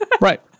Right